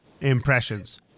impressions